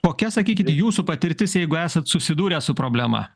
kokia sakykit jūsų patirtis jeigu esat susidūręs su problema